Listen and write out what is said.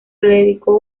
dedicó